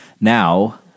Now